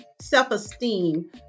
self-esteem